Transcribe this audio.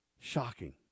shocking